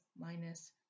minus